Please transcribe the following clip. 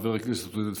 חבר הכנסת עודד פורר,